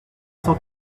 cent